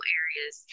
areas